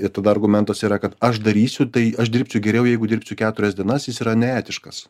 ir tada argumentas yra kad aš darysiu tai aš dirbčiau geriau jeigu dirbsiu keturias dienas jis yra neetiškas